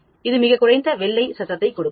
இது மிகக் குறைந்த வெள்ளை சத்தத்தைக் கொடுக்கும்